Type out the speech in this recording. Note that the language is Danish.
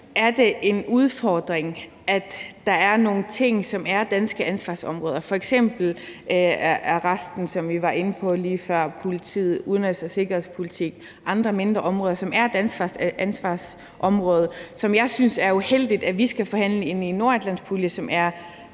er det en udfordring, at der er nogle ting, som er danske ansvarsområder. F.eks. er resten, som vi var inde på lige før – politiet, udenrigs- og sikkerhedspolitik, andre mindre områder – ansvarsområder, som jeg synes det er uheldigt at vi skal forhandle ind i en nordatlantpulje, der er